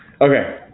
Okay